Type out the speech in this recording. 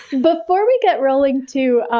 before we get rolling to,